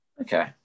Okay